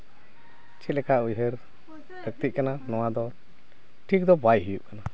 ᱪᱮᱫ ᱞᱮᱠᱟ ᱩᱭᱦᱟᱹᱨ ᱞᱟᱹᱠᱛᱤᱜ ᱠᱟᱱᱟ ᱱᱚᱣᱟ ᱫᱚ ᱴᱷᱤᱠ ᱫᱚ ᱵᱟᱭ ᱦᱩᱭᱩᱜ ᱠᱟᱱᱟ